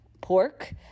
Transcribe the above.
pork